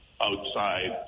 outside